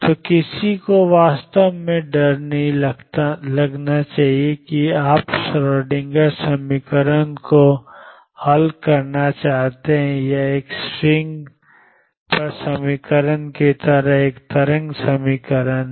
तो किसी को वास्तव में डर नहीं लगना चाहिए कि आप श्रोडिंगर समीकरण को हल करना जानते हैं यह एक स्ट्रिंग पर समीकरण की तरह एक तरंग समीकरण है